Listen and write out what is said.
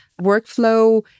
workflow